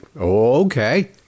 okay